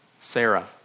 Sarah